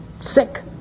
sick